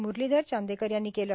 मुरलीधर चांदेकर यांनी केलं